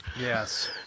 Yes